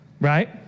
right